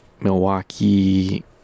milwaukee